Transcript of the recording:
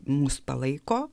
mus palaiko